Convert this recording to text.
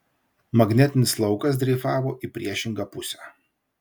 magnetinis laukas dreifavo į priešingą pusę